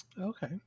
Okay